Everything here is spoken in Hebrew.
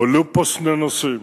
הועלו פה שני נושאים.